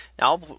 Now